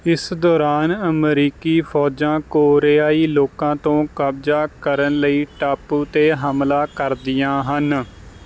ਇਸ ਦੌਰਾਨ ਅਮਰੀਕੀ ਫੌਜਾਂ ਕੋਰੀਆਈ ਲੋਕਾਂ ਤੋਂ ਕਬਜ਼ਾ ਕਰਨ ਲਈ ਟਾਪੂ 'ਤੇ ਹਮਲਾ ਕਰਦੀਆਂ ਹਨ